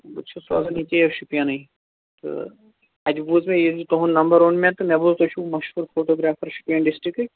بٕے چھُس روزان ییٚتی حظ شُپینٕے تہٕ اَتہِ بوٗز مےٚ یہِ تُہنٛد نَمبر اوٚن مےٚ تہٕ مےٚ بوٗز تُہۍ چِھو مشہوٗر فوٗٹوٗ گرٛافر شُپین ڈِسٹرکٕکۍ